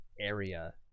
area